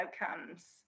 outcomes